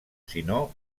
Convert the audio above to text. sinó